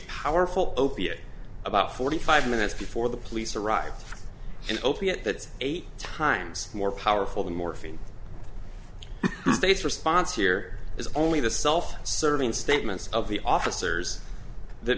powerful opiate about forty five minutes before the police arrived an opiate eight times more powerful than morphine based response here is only the self serving statements of the officers that